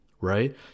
right